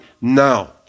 now